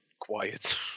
quiet